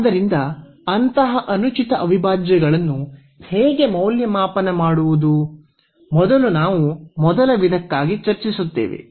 ಆದ್ದರಿಂದ ಅಂತಹ ಅನುಚಿತ ಅವಿಭಾಜ್ಯಗಳನ್ನು ಹೇಗೆ ಮೌಲ್ಯಮಾಪನ ಮಾಡುವುದು ಮೊದಲು ನಾವು ಮೊದಲ ವಿಧಕ್ಕಾಗಿ ಚರ್ಚಿಸುತ್ತೇವೆ